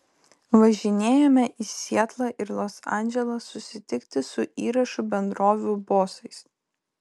važinėjome į sietlą ir los andželą susitikti su įrašų bendrovių bosais